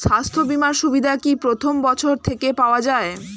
স্বাস্থ্য বীমার সুবিধা কি প্রথম বছর থেকে পাওয়া যায়?